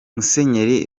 musenyeri